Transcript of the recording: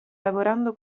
lavorando